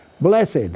blessed